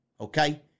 okay